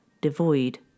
devoid